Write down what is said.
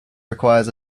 requires